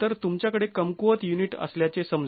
तर तुमच्याकडे कमकुवत युनिट असल्याचे समजू